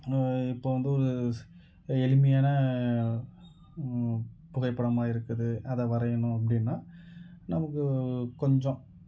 இது இப்போ வந்து ஒரு எளிமையான புகைப்படமாக இருக்குது அதை வரையணும் அப்படினா நமக்கு கொஞ்சம்